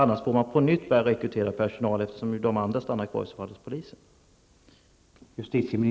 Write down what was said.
Annars får man på nytt börja rekrytera personal, eftersom de andra stannar kvar hos polisen.